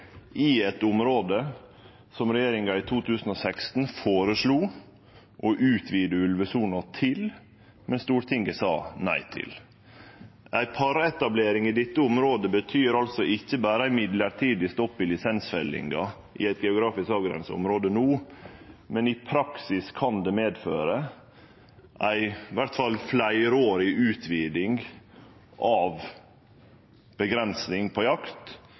i eit område som regjeringa i 2016 føreslo å utvide ulvesona til, men som Stortinget sa nei til. Ei paretablering i dette området betyr altså ikkje berre ein mellombels stopp i lisensfellinga i eit geografisk avgrensa område no, men i praksis kan det medføre ei fleirårleg utviding av avgrensing av jakt